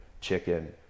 chicken